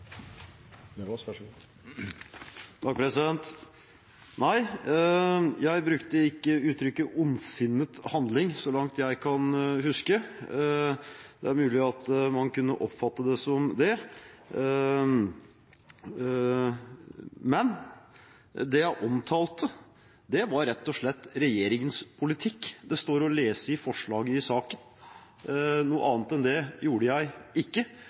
ondsinnet handling, så langt jeg kan huske. Det er mulig at man kunne oppfatte det som det, men det jeg omtalte, var rett og slett regjeringens politikk, som står å lese i forslaget i saken. Noe annet enn det gjorde